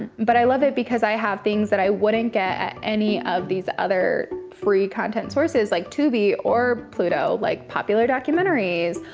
but i love it because i have things that i wouldn't get at any of these other free content sources like tubi or pluto, like popular documentaries,